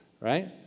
right